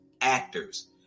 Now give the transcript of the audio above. actors